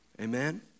Amen